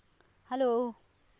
hello